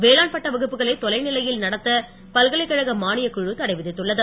வேளாண் பட்ட வகுப்புகளை தொலைநிலையில் நடத்த பல்கலைக்கழக மானியக் குழு தடை விதித்துள்ளது